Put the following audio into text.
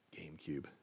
GameCube